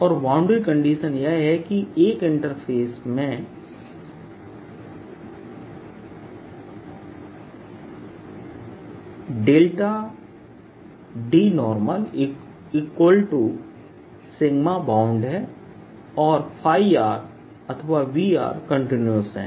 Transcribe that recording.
और boundary condition यह है कि एक इंटरफ़ेस में DBound है और अथवाV कंटीन्यूअस है